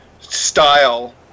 style